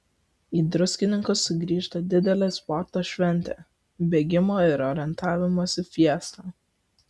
į druskininkus sugrįžta didelė sporto šventė bėgimo ir orientavimosi fiesta